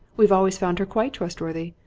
we've always found her quite trustworthy.